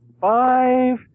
five